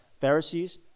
Pharisees